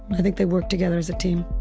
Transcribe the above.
i think they work together as a team